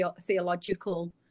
theological